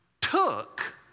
took